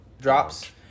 drops